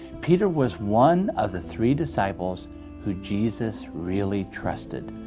peter was one of the three disciples who jesus really trusted.